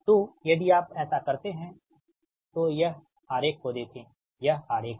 तो यदि आप ऐसा करते हैं तो यह आरेख को देखें यह आरेख है